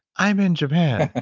i'm in japan.